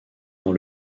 dans